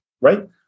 right